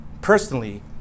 personally